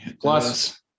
Plus